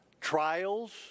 trials